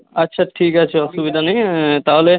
আচ্ছা ঠিক আছে অসুবিধা নেই তাহলে